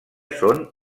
són